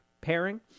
pairing